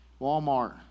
Walmart